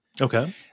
Okay